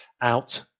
out